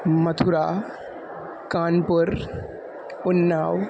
Mathura Kanpur Unnao